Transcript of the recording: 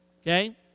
Okay